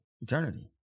eternity